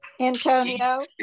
Antonio